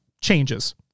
changes